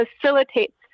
facilitates